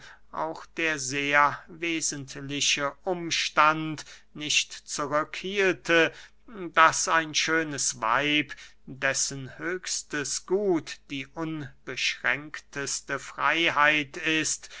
auch der sehr wesentliche umstand nicht zurück hielte daß ein schönes weib dessen höchstes gut die unbeschränkteste freyheit ist